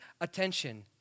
attention